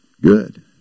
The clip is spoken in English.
Good